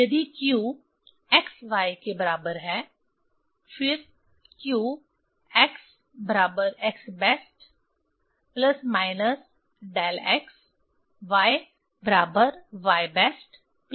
यदि q x y के बराबर है फिर q x बराबर x best plus minus del x y बराबर y best plus minus del y